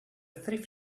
thrift